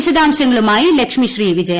വിശദാംശങ്ങളുമായി ലക്ഷ്മിശ്രീവിജയ